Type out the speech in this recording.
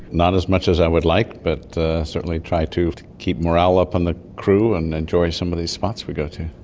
not as much as i would like but certainly try to keep morale up in the crew and enjoy some of these spots we go to.